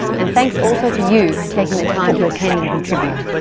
and thanks also to you for taking the time to attend and contribute.